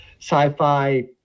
sci-fi